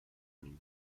nim